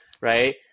right